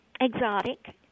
exotic